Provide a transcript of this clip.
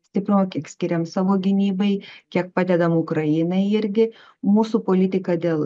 stiprumo kiek skiriam savo gynybai kiek padedam ukrainai irgi mūsų politika dėl